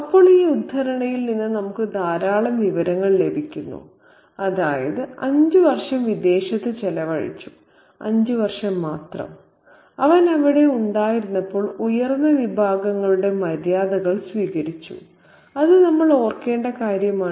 അപ്പോൾ ഈ ഉദ്ധരണിയിൽ നിന്ന് നമുക്ക് ധാരാളം വിവരങ്ങൾ ലഭിക്കുന്നു അതായത് 5 വർഷം വിദേശത്ത് ചെലവഴിച്ചു 5 വർഷം മാത്രം അവൻ അവിടെ ഉണ്ടായിരുന്നപ്പോൾ ഉയർന്ന വിഭാഗങ്ങളുടെ മര്യാദകൾ സ്വീകരിച്ചു അത് നമ്മൾ ഓർക്കേണ്ട കാര്യമാണ്